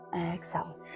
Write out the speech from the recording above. exhale